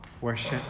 worship